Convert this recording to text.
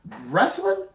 wrestling